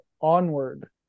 Onward